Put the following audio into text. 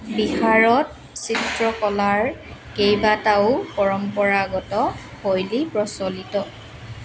বিহাৰত চিত্ৰকলাৰ কেইবাটাও পৰম্পৰাগত শৈলী প্ৰচলিত